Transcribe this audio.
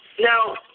Now